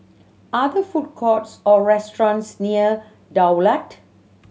are there food courts or restaurants near Daulat